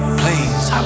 please